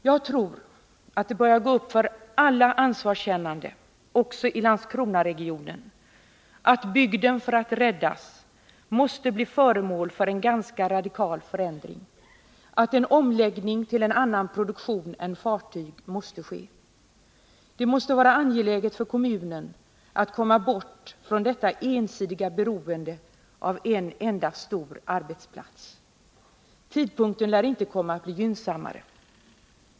Jag tror det börjar gå upp för alla ansvarskännande, också i Landskronaregionen, att bygden, för att räddas, måste bli föremål för en ganska radikal förändring, att en omläggning till en annan produktion än fartyg måste ske. Det måste vara angeläget för kommunen att komma bort från detta ensidiga beroende av en enda stor arbetsplats. Tidpunkten lär inte komma att bli gynnsammare.